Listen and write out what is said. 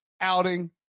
outing